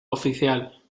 oficial